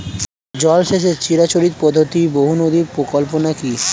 জল সেচের চিরাচরিত পদ্ধতি বহু নদী পরিকল্পনা কি?